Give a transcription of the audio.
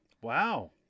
Wow